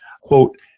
quote